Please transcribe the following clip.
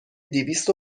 دویست